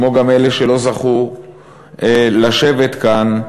כמו גם אלה שלא זכו לשבת כאן,